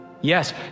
yes